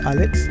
Alex